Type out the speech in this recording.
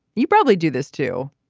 you probably do this too.